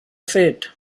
fet